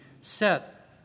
set